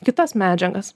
kitas medžiagas